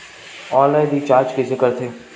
Online recharge कइसे करथे?